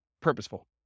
purposeful